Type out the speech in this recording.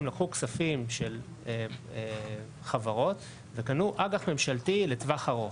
הם לקחו כספים של חברות וקנו אגח ממשלתי לטווח ארוך,